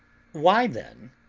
why, then,